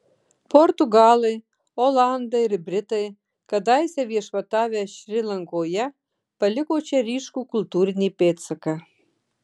portugalai olandai ir britai kadaise viešpatavę šri lankoje paliko čia ryškų kultūrinį pėdsaką